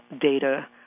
data